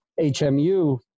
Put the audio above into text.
hmu